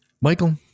Michael